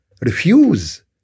refuse